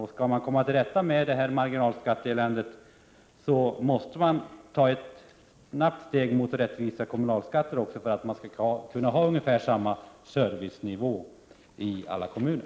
Om man skall komma till rätta med marginalskatteeländet, måste man ta ett snabbt steg mot rättvisa kommunalskatter för att man skall kunna ha ungefär samma servicenivå i alla kommuner.